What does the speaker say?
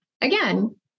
again